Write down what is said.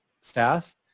staff